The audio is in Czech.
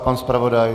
Pan zpravodaj?